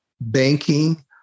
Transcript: banking